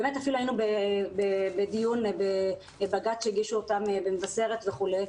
היינו בדיון בבג"ץ בעקבות עתירה שהוגשה במבשרת ציון.